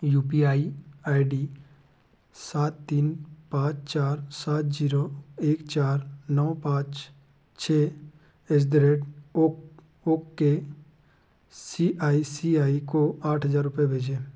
you P I I D सात तीन पाँच चार सात जीरो एक चार नौ पाच छः S the rate ok okay C I C I को आठ हज़ार रूपये भेजें